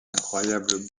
incroyable